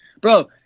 bro